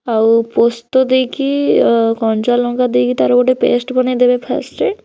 ଆଉ ପୋସ୍ତ ଦେଇକି କଞ୍ଚା ଲଙ୍କା ଦେଇକି ତାର ଗୋଟେ ପେଷ୍ଟେ ବନାଇଦେବେ ଫାଷ୍ଟେ